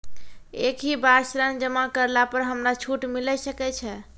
एक ही बार ऋण जमा करला पर हमरा छूट मिले सकय छै?